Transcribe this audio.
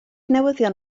newyddion